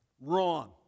Wrong